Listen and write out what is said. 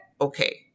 okay